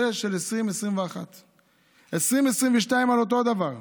זה של 2021-2020. 2022-2021, על אותו דבר,